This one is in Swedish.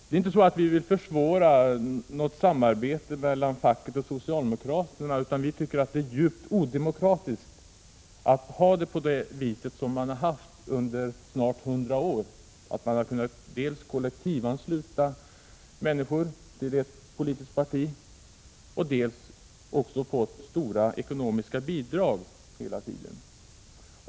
Det är inte så att vi vill försvåra något samarbete mellan facket och socialdemokraterna, utan vi tycker att det är djupt odemokratiskt att ha det så som man har haft det under snart hundra år, att man dels har kunnat kollektivansluta människor till ett politiskt parti, dels har fått stora ekonomiska bidrag hela tiden.